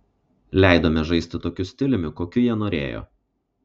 leidome žaisti tokiu stiliumi kokiu jie norėjo